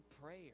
prayer